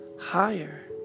higher